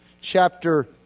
chapter